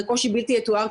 זה קושי בלתי יתואר,